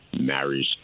marries